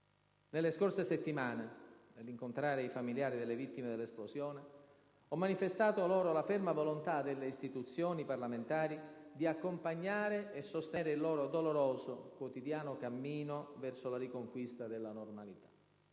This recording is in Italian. Nelle scorse settimane, nell'incontrare i familiari delle vittime dell'esplosione, ho manifestato loro la ferma volontà delle Istituzioni parlamentari di accompagnare e sostenere il loro doloroso, quotidiano cammino verso la riconquista della normalità.